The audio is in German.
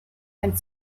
ein